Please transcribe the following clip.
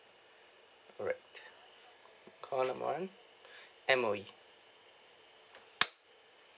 alright call number one M_O_E